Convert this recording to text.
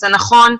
זה נכון,